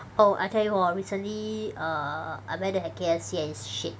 oh I tell you hor recently err I went to have K_F_C and it's shit